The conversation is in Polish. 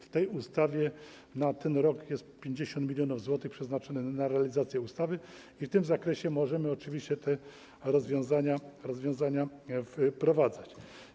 W tej ustawie na ten rok jest 50 mln zł przeznaczonych na realizację ustawy i w tym zakresie możemy oczywiście te rozwiązania wprowadzać.